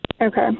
Okay